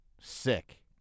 sick